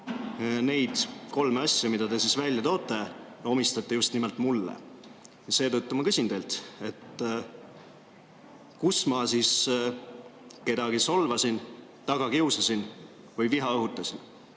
neid kolme asja, mida te välja toote, te omistate just nimelt mulle. Seetõttu ma küsin teilt, kus ma siis kedagi solvasin, taga kiusasin või viha õhutasin.